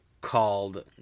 called